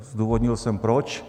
Zdůvodnil jsem proč.